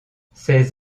ces